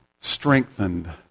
strengthened